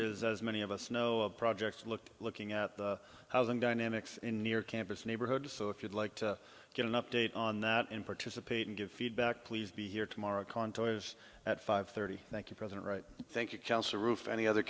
is as many of us know a project look looking at the housing dynamics in near campus neighborhoods so if you'd like to get an update on that and participate and give feedback please be here tomorrow cantars at five thirty thank you president right thank you